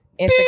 Instagram